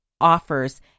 offers